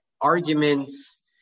arguments